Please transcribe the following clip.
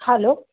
hello